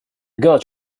gods